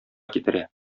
китерә